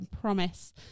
promise